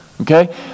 okay